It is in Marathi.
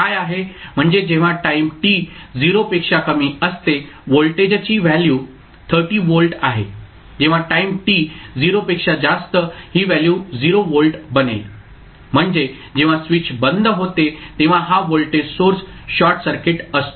म्हणजे जेव्हा टाईम t 0 पेक्षा कमी असते व्होल्टेजची व्हॅल्यू 30 व्होल्ट आहे जेव्हा टाईम t 0 पेक्षा जास्त ही व्हॅल्यू 0 व्होल्ट बनेल म्हणजे जेव्हा स्विच बंद होते तेव्हा हा व्होल्टेज सोर्स शॉर्ट सर्किट असतो